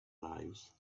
lives